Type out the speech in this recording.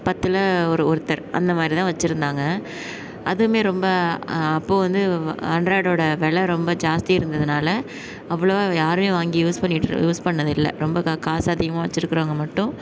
பத்தில் ஒரு ஒருத்தர் அந்த மாதிரி தான் வச்சுருந்தாங்க அதும் ரொம்ப அப்போது வந்து ஆண்ட்ராய்டோடய வெலை ரொம்ப ஜாஸ்தி இருந்ததனால் அவ்வளோவா யாருமே வாங்கி யூஸ் பண்ணிகிட்டு யூஸ் பண்ணிணது இல்லை ரொம்ப கா காசு அதிகமாக வச்சுருக்குறவங்க மட்டும்